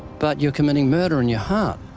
but you're committing murder in your heart.